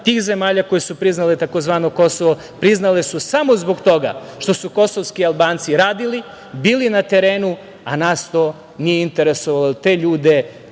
tih zemalja koje su priznale tzv. „Kosovo“, priznale su samo zbog toga što su kosovski Albanci radili, bili na terenu, a nas to nije interesovalo, da te ljude